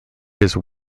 his